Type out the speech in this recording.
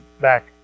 back